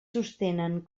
sostenen